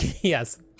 yes